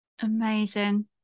amazing